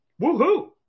Woohoo